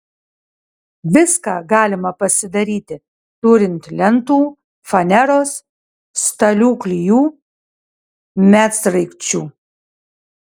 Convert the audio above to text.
viską galima pasidaryti turint lentų faneros stalių klijų medsraigčių